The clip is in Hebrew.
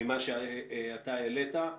ממה שאתה העלית.